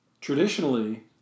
traditionally